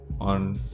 on